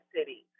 City